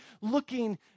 looking